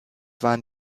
waren